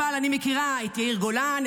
אבל אני מכירה את יאיר גולן,